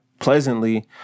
pleasantly